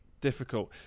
difficult